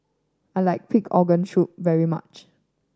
I like pig organ soup very much